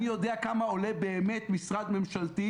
אני יודע כמה עולה באמת משרד ממשלתי,